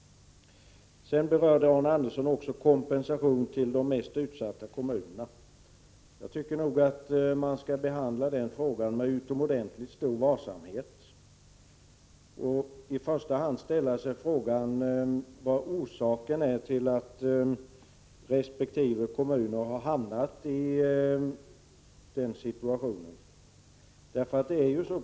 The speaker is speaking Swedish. Arne Andersson berörde också kompensationen till de mest utsatta kommunerna. Jag tycker nog man skall behandla den frågan med utomordentligt stor varsamhet och i första hand ställa sig frågan vad orsaken är till att en del kommuner har hamnat i den situationen.